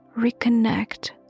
reconnect